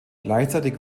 gleichzeitig